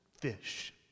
fish